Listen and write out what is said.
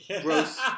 gross